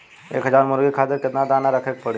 एक हज़ार मुर्गी खातिर केतना दाना रखे के पड़ी?